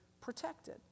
protected